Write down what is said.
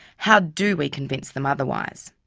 how do we convince them otherwise?